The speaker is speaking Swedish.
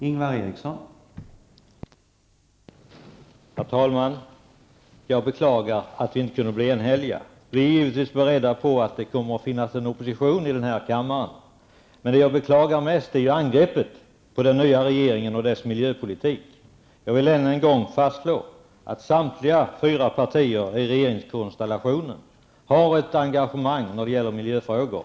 Herr talman! Jag beklagar att vi inte har kunnat bli enhälliga. Vi är givetvis beredda på att det kan bli opposition i kammaren. Men jag beklagar mest angreppet på den nya regeringen och dess miljöpolitik. Jag vill än en gång fastslå att samtliga fyra partier i regeringskonstellationen har ett engagemang när det gäller miljöfrågor.